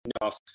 enough